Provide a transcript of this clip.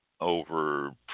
over